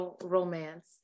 romance